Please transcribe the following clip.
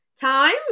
time